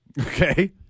okay